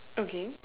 okay